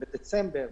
בדצמבר,